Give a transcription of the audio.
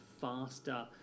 faster